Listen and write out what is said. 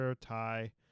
tie